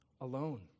alone